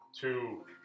two